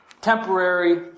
temporary